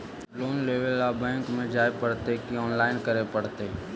Loan लेवे ल bank में जाय पड़तै कि औनलाइन करे पड़तै?